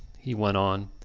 he went on.